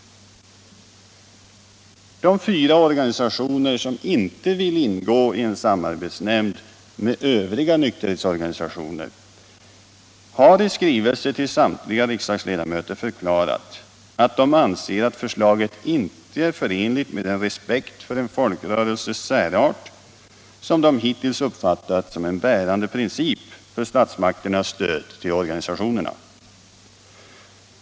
De fyra organisationer som inte vill ingå i en samarbetsnämnd med övriga nykterhetsorganisationer har i skrivelse till samtliga riksdagsledamöter förklarat att de anser att förslaget inte är förenligt med den respekt för en folkrörelses särart som de hittills uppfattat som en bärande princip för statsmakternas stöd till organisationerna.